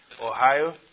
Ohio